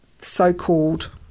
so-called